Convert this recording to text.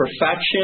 perfection